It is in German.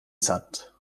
sand